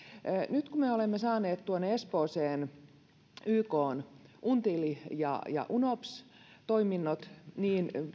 nyt kun me olemme saaneet tuonne espooseen ykn until ja ja unops toiminnot niin